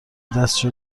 دستشو